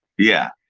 yeah,